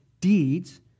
deeds